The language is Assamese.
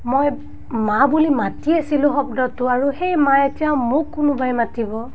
মই মা বুলি মাতি আছিলোঁ শব্দটো আৰু সেই মা এতিয়া মোক কোনোবাই মাতিব